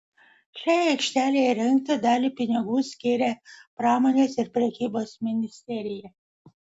šiai aikštelei įrengti dalį pinigų skiria pramonės ir prekybos ministerija